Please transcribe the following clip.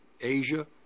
Asia